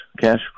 cash